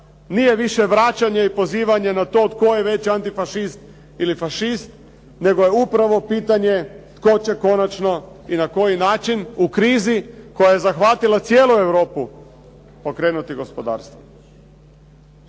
nije više vraćanje i pozivanje na to tko je veći antifašist ili fašist, nego je upravo pitanje tko će konačno i na koji način u krizi koja je zahvatila cijelu Europu okrenuti gospodarstvo.